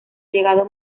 llegado